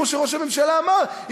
כמו שראש הממשלה אמר,